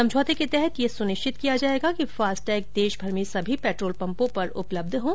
समझौते के तहत ये सुनिश्चित किया जायेगा कि फास्टैग देशभर में सभी पेट्रोल पम्पों पर उपलब्ध हों